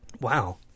Wow